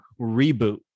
reboot